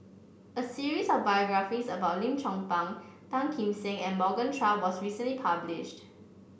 a series of biographies about Lim Chong Pang Tan Kim Seng and Morgan Chua was recently published